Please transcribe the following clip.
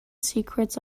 secrets